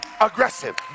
aggressive